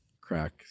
crack